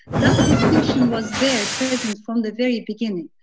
that distinction was there present from the very beginning.